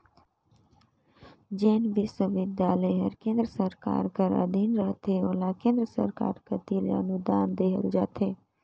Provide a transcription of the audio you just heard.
जेन बिस्वबिद्यालय हर केन्द्र सरकार कर अधीन रहथे ओला केन्द्र सरकार कती ले अनुदान देहल जाथे